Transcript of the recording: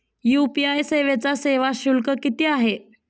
UPI सेवेचा सेवा शुल्क किती आहे?